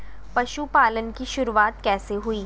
पशुपालन की शुरुआत कैसे हुई?